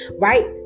right